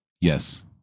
yes